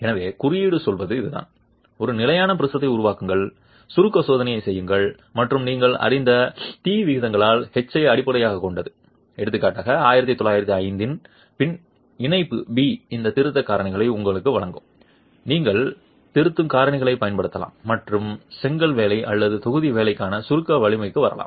எனவே குறியீடு சொல்வது இதுதான் ஒரு நிலையான ப்ரிஸத்தை உருவாக்குங்கள் சுருக்க சோதனை செய்யுங்கள் மற்றும் நீங்கள் அறிந்த t விகிதங்களால் h ஐ அடிப்படையாகக் கொண்டது எடுத்துக்காட்டாக 1905 இன் பின் இணைப்பு B இந்த திருத்தம் காரணிகளை உங்களுக்கு வழங்கும் நீங்கள் திருத்தும் காரணிகளைப் பயன்படுத்தலாம் மற்றும் செங்கல் வேலை அல்லது தொகுதி வேலைக்கான சுருக்க வலிமைக்கு வரலாம்